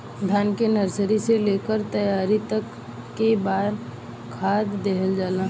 धान के नर्सरी से लेके तैयारी तक कौ बार खाद दहल जाला?